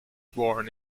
born